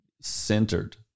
centered